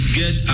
get